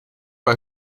bei